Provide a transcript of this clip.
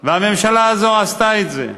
והממשלה הזאת עשתה את זה,